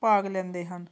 ਭਾਗ ਲੈਂਦੇ ਹਨ